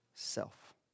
self